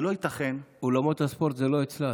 זה לא ייתכן --- אולמות הספורט הם לא אצלה,